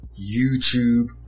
YouTube